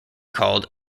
called